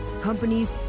companies